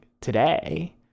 today